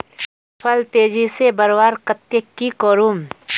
फल तेजी से बढ़वार केते की की करूम?